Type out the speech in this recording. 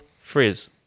Frizz